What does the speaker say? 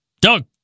Doug